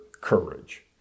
courage